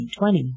2020